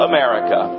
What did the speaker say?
America